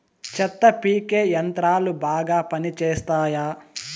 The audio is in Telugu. చెత్త పీకే యంత్రాలు బాగా పనిచేస్తాయా?